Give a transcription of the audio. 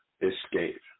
escape